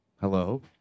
hello